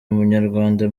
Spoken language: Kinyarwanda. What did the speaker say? umunyarwanda